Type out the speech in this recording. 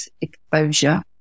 exposure